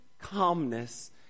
calmness